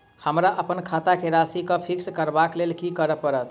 हमरा अप्पन खाता केँ राशि कऽ फिक्स करबाक लेल की करऽ पड़त?